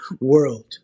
world